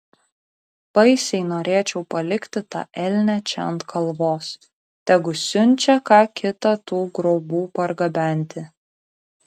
baisiai norėčiau palikti tą elnią čia ant kalvos tegu siunčia ką kitą tų grobų pargabenti